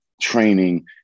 training